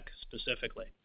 specifically